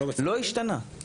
לא השתנה.